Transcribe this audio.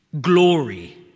glory